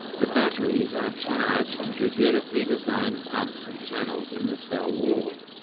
the batteries are charged through beautifully designed pumps and channels in the cell wall.